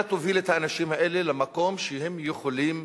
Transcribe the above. אתה תוביל את האנשים האלה למקום שהם יכולים